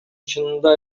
чынында